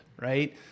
right